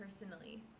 personally